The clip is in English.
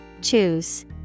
Choose